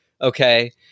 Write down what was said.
okay